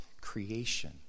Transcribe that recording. creation